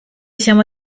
siamo